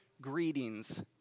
greetings